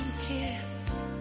kiss